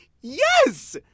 Yes